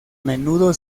menudo